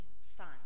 son